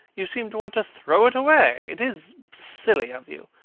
you seem to want to throw it away. it is silly of you,